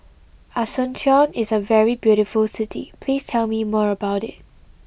Asuncion is a very beautiful city please tell me more about it